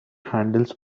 handles